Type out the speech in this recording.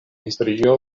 historio